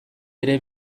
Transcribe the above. ere